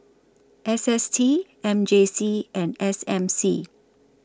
S S T M J C and S M C